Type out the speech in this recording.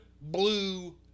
blue